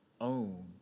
own